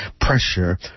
Pressure